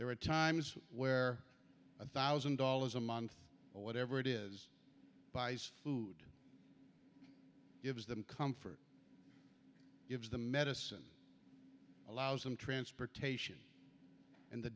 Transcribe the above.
there are times where a thousand dollars a month or whatever it is bice food gives them comfort gives the medicine allows them transportation and the